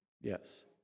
Yes